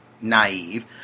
naive